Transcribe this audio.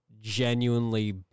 genuinely